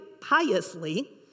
piously